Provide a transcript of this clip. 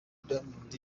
diamond